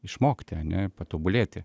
išmokti ane patobulėti